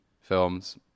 films